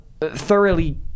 thoroughly